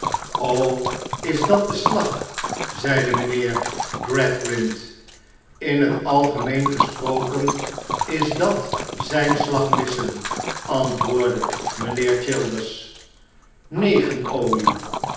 is dat de slag zeide mijnheer gradgrind in het algemeen gesproken is dat zijn slag missen antwoordde mijnheer childers negen olie